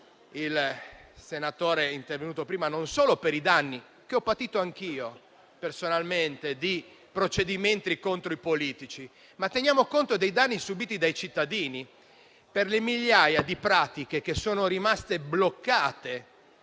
il senatore intervenuto prima, per i danni che ho patito anch'io personalmente di procedimenti contro i politici, ma teniamo conto dei danni subiti dai cittadini per le migliaia di pratiche che sono rimaste bloccate